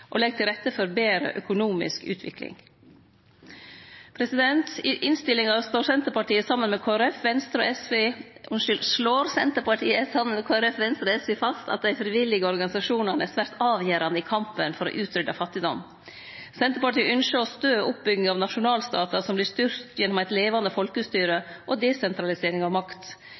og legg til rette for betre økonomisk utvikling. I innstillinga slår Senterpartiet saman med Kristeleg Folkeparti, Venstre og SV fast at dei frivillige organisasjonane er svært avgjerande i kampen for å utrydde fattigdom. Senterpartiet ynskjer å stø oppbygginga av nasjonalstatar som vert styrte gjennom eit levande folkestyre og desentralisering av makt.